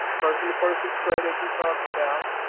person-to-person spread as we talked about,